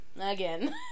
again